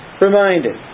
reminded